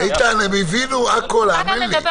איתן, הם הבינו הכול, האמן לי.